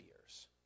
years